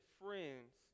friends